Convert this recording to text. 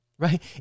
Right